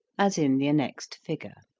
as in the annexed figure.